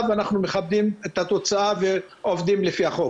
ואנחנו מכבדים את התוצאה ועובדים לפי החוק.